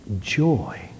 Joy